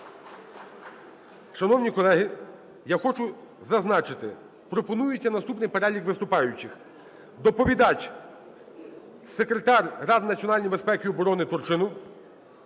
Шановні колеги, я хочу зазначити, пропонується наступний перелік виступаючих. Доповідач – Секретар Ради національної безпеки і оброни Турчинов,